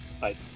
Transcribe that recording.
Bye